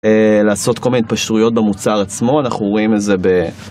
לעשות כל מיני התפשרויות במוצר עצמו, אנחנו רואים את זה ב...